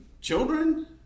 children